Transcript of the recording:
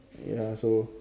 ya so